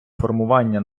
формування